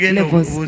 levels